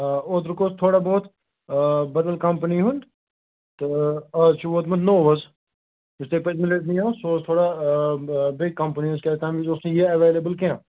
آ اوترُک اوس تھوڑا بہت آ بدل کمپٔنی ہُنٛد تہٕ اَز چھُ ووتمُت نوٚو حظ یُس تۄہہِ پٔتۍمہِ لَٹہِ نِیو سُہ اوس تھوڑا بیٚیہِ کمپٔنی ہُنٛد تِکیٛاز تَمہِ وِز اوس نہٕ یہِ ایٚویلیبُل کیٚنٛہہ